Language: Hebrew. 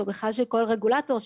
ובכלל של כל רגולטור,